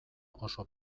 oso